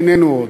איננו עוד.